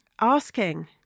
asking